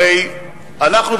הרי אנחנו,